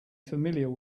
familiar